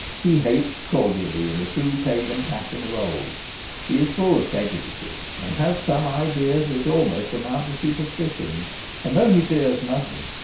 he hates cor dially in the true pagan fashion of old. he is full of prejudices, and has some ideas which almost amount to superstitions and, though he fears nothing,